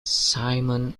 simon